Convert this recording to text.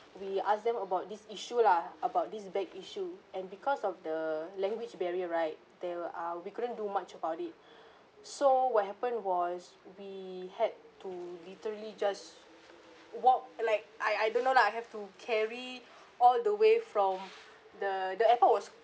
we asked them about this issue lah about this bag issue and because of the language barrier right there were ah we couldn't do much about it so what happened was we had to literally just walk like I I don't know lah I have to carry all the way from the the airport was